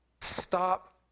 Stop